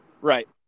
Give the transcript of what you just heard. Right